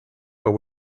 but